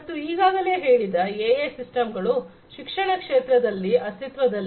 ಮತ್ತೆ ಈಗಾಗಲೇ ಹೇಳಿದ ಎಐ ಸಿಸ್ಟಮ್ ಗಳು ಶಿಕ್ಷಣ ಕ್ಷೇತ್ರದಲ್ಲಿ ಅಸ್ತಿತ್ವದಲ್ಲಿದೆ